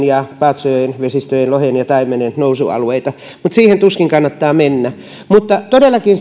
ja paatsjoen vesistöjen lohen ja taimenen nousualueita mutta siihen tuskin kannattaa mennä todellakin